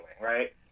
right